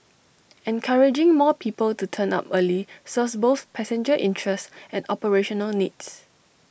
encouraging more people to turn up early serves both passenger interests and operational needs